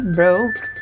broke